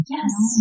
Yes